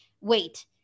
wait